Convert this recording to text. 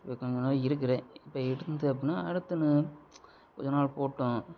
இப்போ கொஞ்ச நாள் இருக்கிறேன் இப்போ இருந்து அப்பன்னா அடுத்து இன்னும் கொஞ்ச நாள் போகட்டும்